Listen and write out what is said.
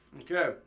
Okay